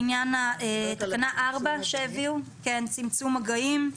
תקנה 4 שהביאו, צמצום מגעים.